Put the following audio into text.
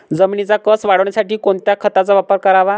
जमिनीचा कसं वाढवण्यासाठी कोणत्या खताचा वापर करावा?